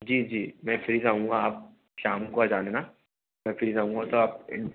जी जी मैं फ़्री रहूँगा आप शाम को आ जाना मैं फ़्री रहूँगा तो आप